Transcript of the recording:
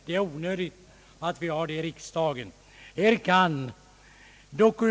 Det är onödigt att ha det i riksdagens vädjobanor.